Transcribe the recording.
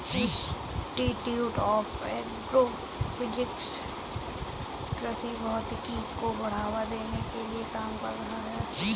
institute of agro physics कृषि भौतिकी को बढ़ावा देने के लिए काम कर रहा है